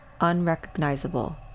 unrecognizable